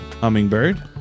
Hummingbird